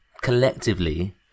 collectively